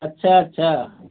अच्छा अच्छा